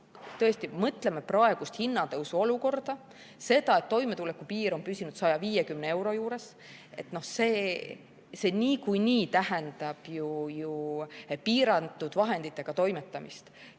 Tõesti, mõtleme praegusele hinnatõusu olukorrale, sellele, et toimetulekupiir on püsinud 150 euro juures – see niikuinii tähendab ju piiratud vahenditega toimetamist.